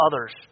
others